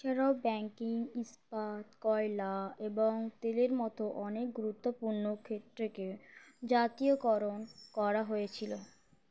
সেরও banking ইস্পাত কয়লা এবং তেলের মতো অনেক গুরুত্বপূর্ণ ক্ষেত্রকে জাতীয়করণ করা হয়েছিলো